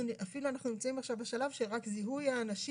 אפילו אנחנו נמצאים עכשיו בשלב של רק זיהוי האנשים.